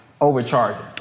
Overcharging